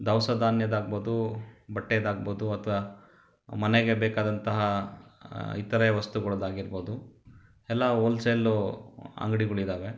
ದವಸ ಧಾನ್ಯದ್ದಾಗ್ಬೋದು ಬಟ್ಟೆಯದ್ದಾಗ್ಬೋದು ಅಥವಾ ಮನೆಗೆ ಬೇಕಾದಂತಹ ಇತರೆ ವಸ್ತುಗಳದ್ದಾಗಿರ್ಬೋದು ಎಲ್ಲ ಹೋಲ್ಸೆಲು ಅಂಗಡಿಗಳಿದ್ದಾವೆ